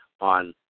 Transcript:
on